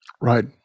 right